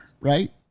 right